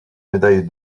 médaille